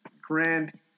grand